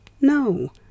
No